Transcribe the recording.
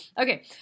Okay